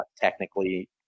technically